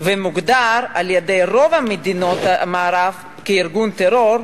ומוגדר על-ידי רוב מדינות המערב כארגון טרור,